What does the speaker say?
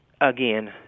Again